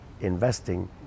investing